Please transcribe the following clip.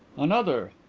another.